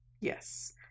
Yes